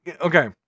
okay